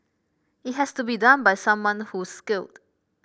it has to be done by someone who's skilled